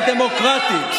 ואני רוצה מדינה דמוקרטית,